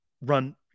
run